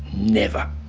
never.